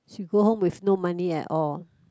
she go home with no money at all